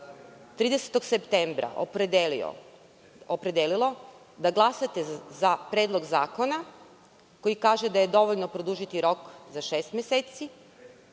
30. septembra opredelilo da glasate za Predlog zakona koji kaže da je dovoljno produžiti rok za šest meseci,